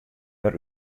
wer